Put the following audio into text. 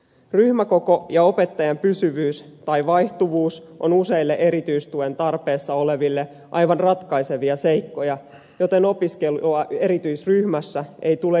ryhmäkoko ja opettajan pysyvyys tai vaihtuvuus ovat useille erityistuen tarpeessa oleville aivan ratkaisevia seikkoja joten opiskelua erityisryhmässä ei tule itsearvoisesti välttää